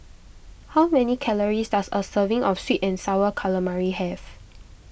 how many calories does a serving of Sweet and Sour Calamari have